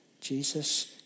Jesus